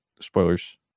Spoilers